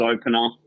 opener